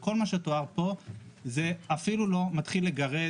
כל מה שתואר פה זה אפילו לא מתחיל לגרד